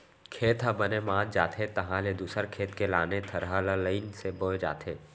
खेत ह बने मात जाथे तहाँ ले दूसर खेत के लाने थरहा ल लईन से बोए जाथे